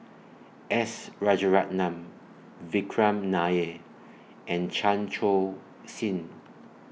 S Rajaratnam Vikram Nair and Chan Sin